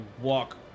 walk